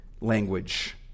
language